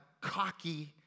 cocky